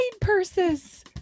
purses